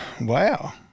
wow